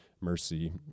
Mercy